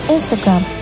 Instagram